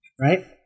right